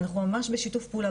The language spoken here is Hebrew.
אנחנו ממש בשיתוף פעולה.